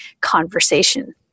conversation